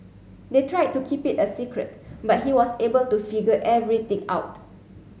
they tried to keep it a secret but he was able to figure everything out